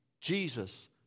Jesus